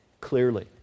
clearly